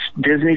Disney